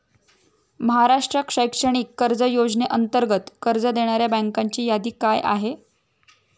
महाराष्ट्र शैक्षणिक कर्ज योजनेअंतर्गत कर्ज देणाऱ्या बँकांची यादी काय आहे?